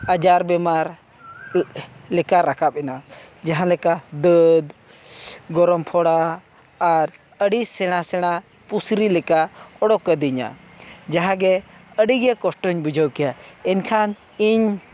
ᱟᱡᱟᱨ ᱵᱤᱢᱟᱨ ᱞᱮᱠᱟ ᱨᱟᱠᱟᱵ ᱮᱱᱟ ᱡᱟᱦᱟᱸᱞᱮᱠᱟ ᱫᱟᱹᱫᱽ ᱜᱚᱨᱚᱢ ᱯᱷᱳᱲᱟ ᱟᱨ ᱟᱹᱰᱤ ᱥᱮᱬᱟ ᱥᱮᱬᱟ ᱯᱩᱥᱨᱤ ᱞᱮᱠᱟ ᱚᱰᱳᱠ ᱟᱹᱫᱤᱧᱟ ᱡᱟᱦᱟᱸᱜᱮ ᱟᱹᱰᱤᱜᱮ ᱠᱚᱥᱴᱚᱧ ᱵᱩᱡᱷᱟᱹᱣ ᱠᱮᱫᱼᱟ ᱮᱱᱠᱷᱟᱱ ᱤᱧ